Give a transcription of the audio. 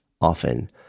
often